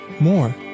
more